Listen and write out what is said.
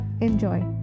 Enjoy